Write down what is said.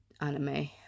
anime